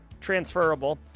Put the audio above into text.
transferable